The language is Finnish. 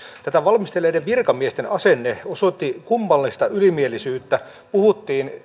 tätä valmistelleiden virkamiesten asenne osoitti kummallista ylimielisyyttä puhuttiin